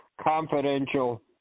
confidential